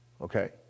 okay